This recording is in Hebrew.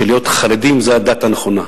שלהיות חרדים זו הדת הנכונה.